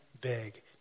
big